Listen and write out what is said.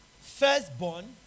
firstborn